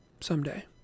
someday